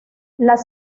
las